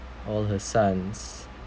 all her sons